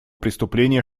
преступления